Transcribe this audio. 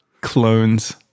Clones